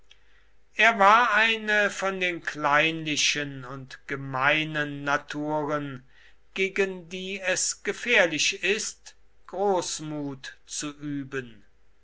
er war eine von den kleinlichen und gemeinen naturen gegen die es gefährlich ist großmut zu üben